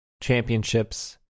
championships